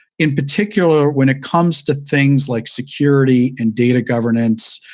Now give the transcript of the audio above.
in particular, when it comes to things like security and data governance,